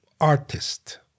artist